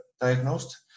diagnosed